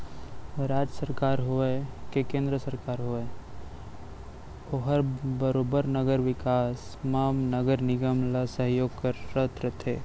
राज सरकार होवय के केन्द्र सरकार होवय ओहर बरोबर नगर बिकास म नगर निगम ल सहयोग करत रथे